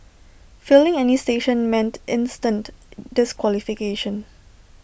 failing any station meant instant disqualification